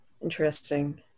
Interesting